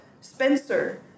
Spencer